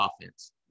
offense